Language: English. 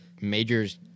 majors